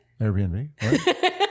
Airbnb